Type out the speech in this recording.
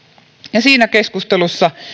ja siinä keskustelussa